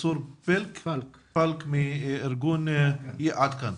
צור פלק מארגון "עד כאן".